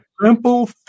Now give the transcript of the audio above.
simple